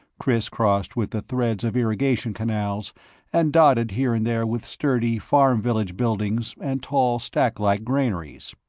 crisscrossed with the threads of irrigation canals and dotted here and there with sturdy farm-village buildings and tall, stacklike granaries.